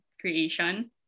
creation